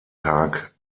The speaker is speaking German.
tag